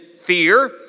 fear